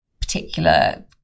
particular